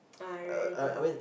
ah rarely